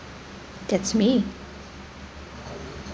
that's me